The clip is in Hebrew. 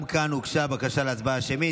גם כאן הוגשה בקשה להצבעה שמית.